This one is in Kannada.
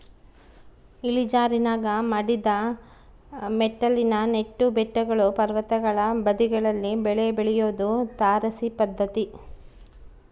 ಇಳಿಜಾರಿನಾಗ ಮಡಿದ ಮೆಟ್ಟಿಲಿನ ನೆಟ್ಟು ಬೆಟ್ಟಗಳು ಪರ್ವತಗಳ ಬದಿಗಳಲ್ಲಿ ಬೆಳೆ ಬೆಳಿಯೋದು ತಾರಸಿ ಪದ್ಧತಿ